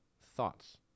thoughts